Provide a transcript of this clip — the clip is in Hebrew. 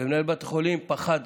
ומנהל בית חולים פחד